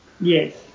Yes